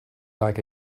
like